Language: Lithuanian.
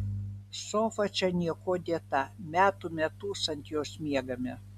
sofa čia niekuo dėta metų metus ant jos miegame